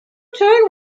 return